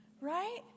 right